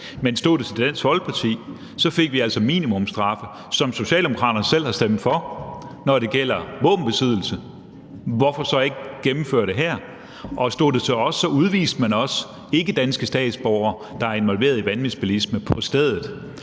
Men stod det til Dansk Folkeparti, fik vi altså minimumsstraffe, hvad Socialdemokraterne selv har stemt for, når det gælder våbenbesiddelse. Hvorfor så ikke gennemføre det her? Og stod det til os, udviste man også ikkedanske statsborgere, der er involveret i vanvidsbilisme, på stedet.